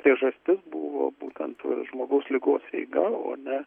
priežastis buvo būtent žmogaus ligos eiga o ne